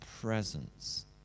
presence